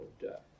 death